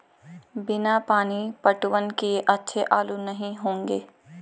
बिना पानी पटवन किए अच्छे आलू नही होंगे